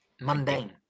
mundane